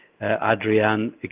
Adrian